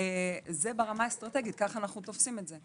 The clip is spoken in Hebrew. וזה ברמה האסטרטגית כך אנחנו תופסים את זה.